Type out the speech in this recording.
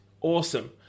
awesome